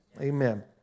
Amen